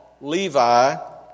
Levi